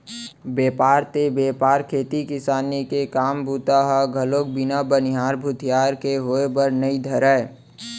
बेपार ते बेपार खेती किसानी के काम बूता ह घलोक बिन बनिहार भूथियार के होय बर नइ धरय